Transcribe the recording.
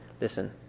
Listen